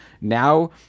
Now